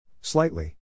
Slightly